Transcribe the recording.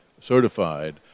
certified